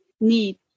need